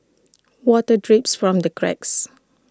water drips from the cracks